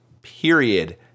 period